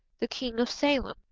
the king of salem,